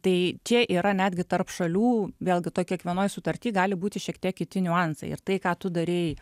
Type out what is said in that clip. tai čia yra netgi tarp šalių vėlgi toj kiekvienoj sutartį gali būti šiek tiek kiti niuansai ir tai ką tu darei